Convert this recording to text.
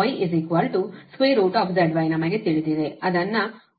γZY ನಮಗೆ ತಿಳಿದಿದೆ ಅದನ್ನು ಮೊದಲೇ ನೋಡಿದ್ದೇವೆ